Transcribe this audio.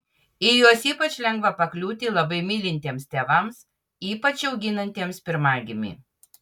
į juos ypač lengva pakliūti labai mylintiems tėvams ypač auginantiems pirmagimį